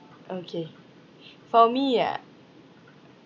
okay for me ah